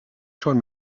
schon